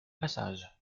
passage